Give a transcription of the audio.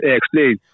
explain